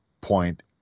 point